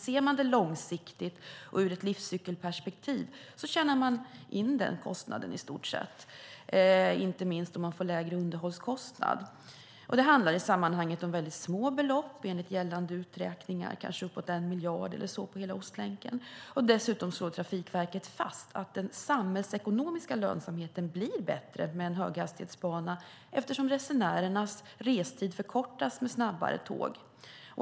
Men långsiktigt och ur ett livscykelperspektiv tjänar man i stort sett in den kostnaden, inte minst då man får lägre underhållskostnad. Det handlar i sammanhanget om väldigt små belopp - enligt gällande uträkningar uppåt 1 miljard eller så för hela Ostlänken. Dessutom slår Trafikverket fast att den samhällsekonomiska lönsamheten blir bättre med en höghastighetsbana eftersom resenärernas restid förkortas med snabbare tåg.